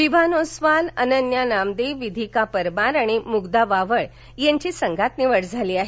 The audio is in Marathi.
विव्हान ओसवाल अनन्या नामदे विधिका परमार आणि मुग्धा वाव्हळ यांची संघात निवड झाली आहे